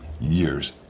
years